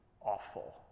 awful